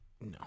No